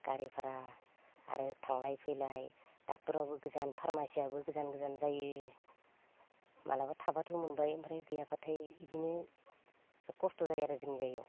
गारि भारा आरो थांलाय फैलाय ड'क्टराबो गोजान फारमासियाबो गोजान गोजान जायो माब्लाबा थाबाथ' मोनबाय ओमफ्राय गैयाब्लाथाय इदिनो खस्थ' जायो आरो जोंनि जायगायाव